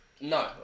no